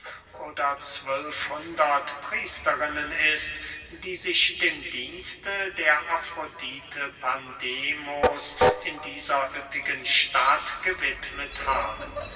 oder zwölf hundert priesterinnen ist die sich dem dienste der afrodite pandemos in dieser üppigen stadt gewidmet haben